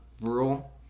rule